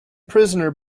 prisoner